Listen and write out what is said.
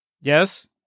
Yes